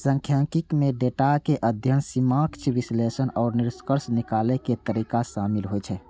सांख्यिकी मे डेटाक अध्ययन, समीक्षा, विश्लेषण आ निष्कर्ष निकालै के तरीका शामिल होइ छै